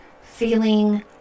feeling